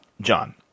John